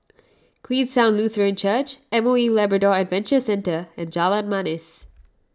Queenstown Lutheran Church Moe Labrador Adventure Centre and Jalan Manis